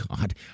God